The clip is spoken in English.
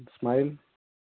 smile